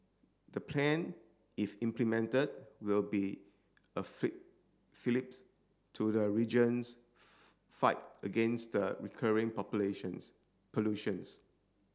the plan if implemented will be a fillips to the region's fight against the recurring populations pollution